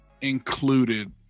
included